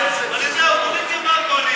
במליאה על ידי האופוזיציה והקואליציה.